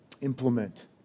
implement